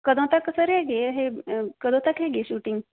ਕਦੋਂ ਤੱਕ ਸਰ ਹੈਗੀ ਹੈ ਇਹ ਕਦੋਂ ਤੱਕ ਹੈਗੀ ਸ਼ੂਟਿੰਗ